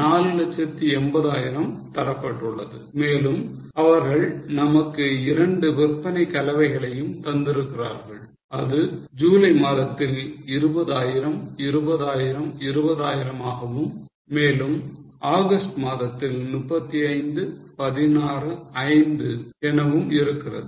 480000 தரப்பட்டுள்ளது மேலும் அவர்கள் நமக்கு இரண்டு விற்பனை கலவைகளையும் தந்திருக்கிறார்கள் அது ஜூலை மாதத்தில் 20000 20000 20000 ஆகவும் மேலும் ஆகஸ்ட் மாதத்தில் 35 16 and 5 ஆகவும் இருக்கிறது